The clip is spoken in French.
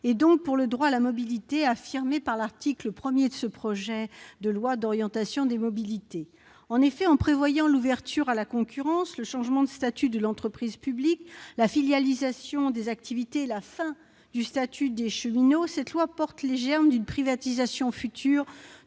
et donc pour le droit à la mobilité affirmé par l'article 1 de ce projet de loi d'orientation des mobilités. En effet, en prévoyant l'ouverture à la concurrence, le changement de statut de l'entreprise publique, la filialisation des activités et la fin du statut des cheminots, cette loi porte les germes d'une privatisation future